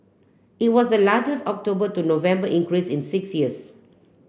it was the largest October to November increase in six years